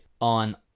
on